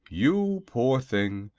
you, poor thing!